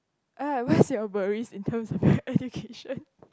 ah what's your worries in term of education